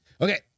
Okay